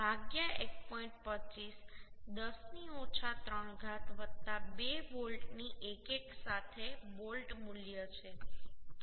25 10 ની ઓછા 3 ઘાત 2 બોલ્ટની 1 1 સાથે બોલ્ટ મૂલ્ય છે